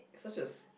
such as